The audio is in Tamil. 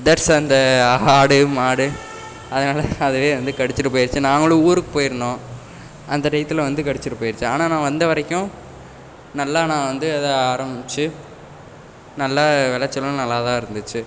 தட்ஸ் அந்த ஆடு மாடு அதனால அதுவே வந்து கடிச்சிவிட்டுப் போய்ருச்சு நாங்களும் ஊருக்குப் போய்ருந்தோம் அந்த டையத்தில் வந்து கடிச்சிவிட்டு போய்ருச்சு ஆனால் நான் வந்த வரைக்கும் நல்லா நான் வந்து அதை ஆரமிச்சு நல்லா விளச்சலும் நல்லா தான் இருந்துச்சு